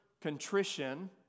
contrition